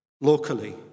locally